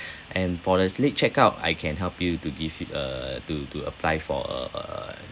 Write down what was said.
and for the late check out I can help you to give you uh to to apply for uh uh